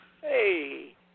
Hey